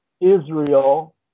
Israel